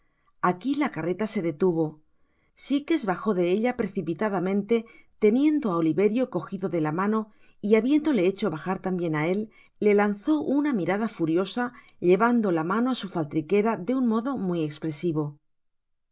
aqui la carreta se detuvo sikes bajo de ella precipitadamente teniendo á oliverio cojido de la mano y habiéndole hecho bajar tambien á él le lanzó una mirada furiosa llevando la mano á su faltriquera de un mo lo muy espresivo